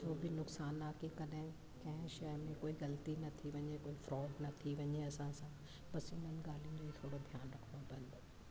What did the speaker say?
जो बि नुक़सान ख़े की कॾहिं कहिं शइ में कोई ग़लती न थी वञे त कोई फ्रॉड न थी वञे असां सा बसि इन्हनि ॻाल्हियुनि जो ई थोरो ध्यानु रखिणो पवंदो